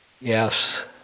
Yes